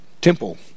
temple